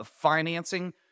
Financing